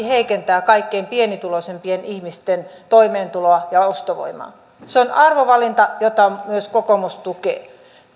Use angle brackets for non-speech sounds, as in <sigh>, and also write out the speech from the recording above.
<unintelligible> heikentää kaikkein pienituloisimpien ihmisten toimeentuloa ja ostovoimaa se on arvovalinta jota myös kokoomus tukee